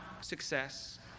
success